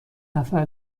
نفر